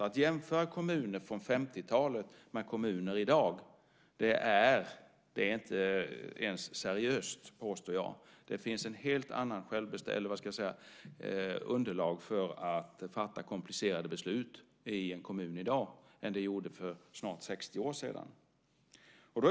Att jämföra kommuner från 50-talet med kommuner i dag är inte ens seriöst, påstår jag. Det finns ett helt annat underlag för att fatta komplicerade beslut i en kommun i dag än det gjorde för snart 60 år sedan.